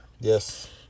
Yes